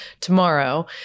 tomorrow